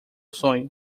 sonho